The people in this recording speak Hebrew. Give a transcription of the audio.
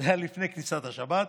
זה היה לפני כניסת השבת.